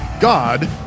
God